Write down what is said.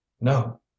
No